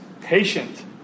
patient